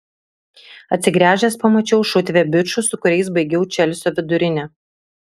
atsigręžęs pamačiau šutvę bičų su kuriais baigiau čelsio vidurinę